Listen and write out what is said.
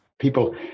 people